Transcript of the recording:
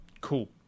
Cool